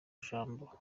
jambo